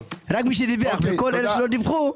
כל אלה שלא דיווחו,